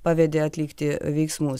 pavedė atlikti veiksmus